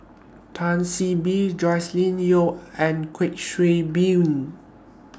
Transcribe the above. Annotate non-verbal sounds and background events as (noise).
Tan See Boo Joscelin Yeo and Kuik Swee (unintelligible)